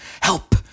help